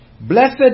Blessed